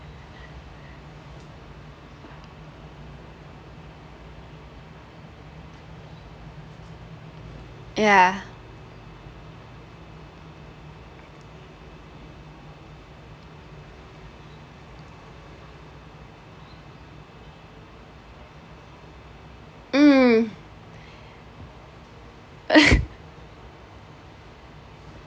yeah um